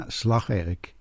slagwerk